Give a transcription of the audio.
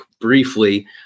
briefly